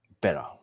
better